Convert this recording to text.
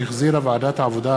שהחזירה ועדת העבודה,